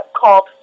called